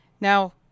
Now